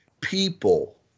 people